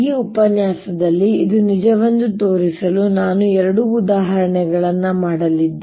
ಈ ಉಪನ್ಯಾಸದಲ್ಲಿ ಇದು ನಿಜವೆಂದು ತೋರಿಸಲು ನಾನು ಎರಡು ಉದಾಹರಣೆಗಳನ್ನು ಮಾಡಲಿದ್ದೇನೆ